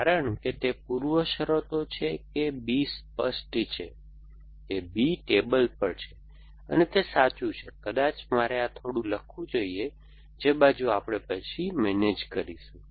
કારણ કે તે પૂર્વશરતો છે કે B સ્પષ્ટ છે કે B ટેબલ પર છે અને તે સાચું છે કદાચ મારે આ થોડું લખવું જોઈએ તે બાજુ આપણે પછી મેનેજ કરીશું